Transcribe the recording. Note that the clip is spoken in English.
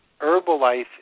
Herbalife